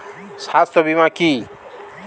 স্বাস্থ্য বীমা কি?